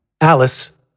Alice